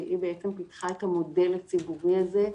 שהיא בעצם פיתחה את המודל הציבורי הזה,